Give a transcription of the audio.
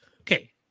okay